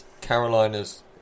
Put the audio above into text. Carolina's